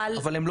או שהן לא